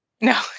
No